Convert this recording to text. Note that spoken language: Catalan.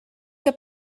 que